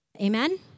Amen